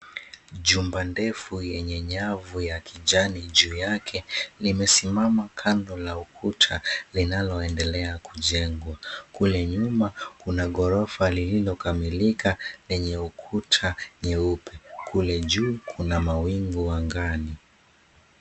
Jumba ndefu yenye nyavu ya kijani juu yake, limesimama kando la kuta linaloendelea kujengwa. Kule nyuma kuna ghorofa lililokamilika lenye ukuta nyeupe. Kule juu kuna mawingu angani.